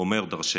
אומר דורשני.